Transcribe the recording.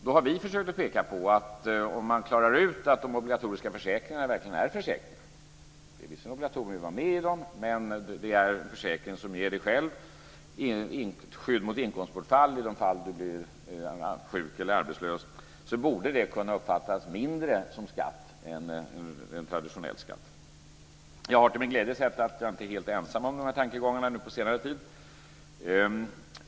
Vi har försökt att peka på att det är bra om man klarar ut att de obligatoriska försäkringarna verkligen är försäkringar. Det är visserligen ett obligatorium att vara med i dem, men det är försäkringar som ger dig själv skydd mot inkomstbortfall i de fall då du blir sjuk eller arbetslös. Det borde kunna uppfattas mindre som skatt än vad som är fallet med en mer traditionell skatt. Jag har till min glädje sett att jag inte varit helt ensam om de här tankegångarna nu på senare tid.